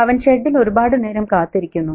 അവൻ ഷെഡിൽ ഒരുപാട് നേരം കാത്തിരിക്കുന്നു